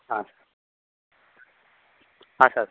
ಹಾಂ ಸರ್ ಹಾಂ ಸರ್